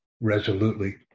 resolutely